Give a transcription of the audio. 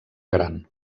gran